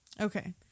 Okay